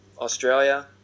Australia